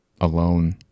alone